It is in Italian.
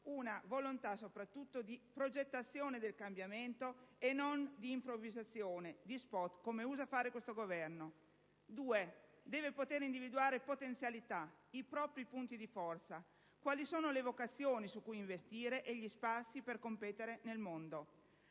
(una volontà soprattutto di progettazione del cambiamento, e non di improvvisazione, di *spot*, come usa fare questo Governo); in secondo luogo, quali sono le sue potenzialità, i suoi punti di forza, quali sono le vocazioni su cui investire e gli spazi per competere nel mondo.